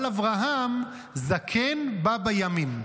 אבל אברהם זקן בא בימים.